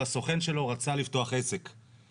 איזה שיקולים היא צריכה לשקול כשהיא בוחנת את המפרטים,